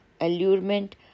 allurement